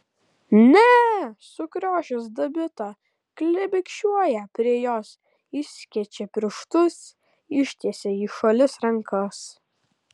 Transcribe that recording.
ne sukriošęs dabita klibikščiuoja prie jos išskečia pirštus ištiesia į šalis rankas